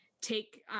take